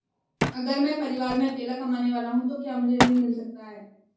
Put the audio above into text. अगर मैं परिवार में अकेला कमाने वाला हूँ तो क्या मुझे ऋण मिल सकता है?